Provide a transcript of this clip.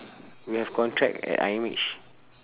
we have contract at I_M_H